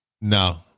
no